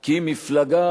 כי מפלגה,